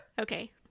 okay